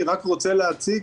אני רק רוצה להציג